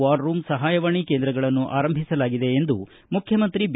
war room ಸಹಾಯವಾಣಿ ಕೇಂದ್ರಗಳನ್ನು ಆರಂಭಿಸಲಾಗಿದೆ ಎಂದು ಮುಖ್ಯಮಂತ್ರಿ ಬಿ